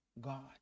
God